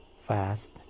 Fast